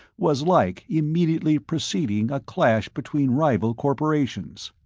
was like immediately preceding a clash between rival corporations.